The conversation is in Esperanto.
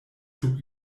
sub